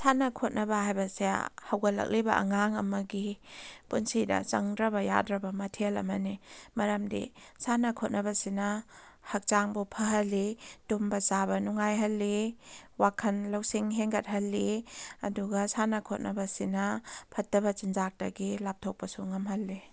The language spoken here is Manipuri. ꯁꯥꯟꯅ ꯈꯣꯠꯅꯕ ꯍꯥꯏꯕꯁꯦ ꯍꯧꯒꯠꯂꯛꯂꯤꯕ ꯑꯉꯥꯡ ꯑꯃꯒꯤ ꯄꯨꯟꯁꯤꯗ ꯆꯪꯗ꯭ꯔꯕ ꯌꯥꯗ꯭ꯔꯕ ꯃꯊꯦꯜ ꯑꯃꯅꯤ ꯃꯔꯝꯗꯤ ꯁꯥꯟꯅ ꯈꯣꯠꯅꯕꯁꯤꯅ ꯍꯛꯆꯥꯡꯕꯨ ꯐꯍꯜꯂꯤ ꯇꯨꯝꯕ ꯆꯥꯕ ꯅꯨꯡꯉꯥꯏꯍꯜꯂꯤ ꯋꯥꯈꯜ ꯂꯧꯁꯤꯡ ꯍꯦꯟꯒꯠꯍꯜꯂꯤ ꯑꯗꯨꯒ ꯁꯥꯟꯅ ꯈꯣꯠꯅꯕꯁꯤꯅ ꯐꯠꯇꯕ ꯆꯤꯟꯖꯥꯛꯇꯒꯤ ꯂꯥꯞꯊꯣꯛꯄꯁꯨ ꯉꯝꯍꯜꯂꯤ